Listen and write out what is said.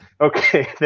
Okay